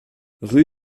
rue